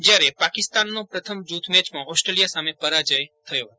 જ્યારે પાકિસ્તાનનો પ્રથમ જૂથ મેચમાં ઓસ્ટ્રેલિયા સામે પરાજય થયો હતો